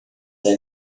are